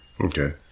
Okay